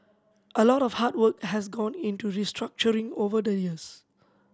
a lot of hard work has gone into restructuring over the years